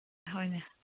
ꯍꯣꯏꯅꯦ